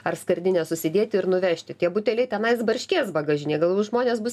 ar skardines susidėti ir nuvežti tie buteliai tenais barškės bagažinėj galbūt žmonės bus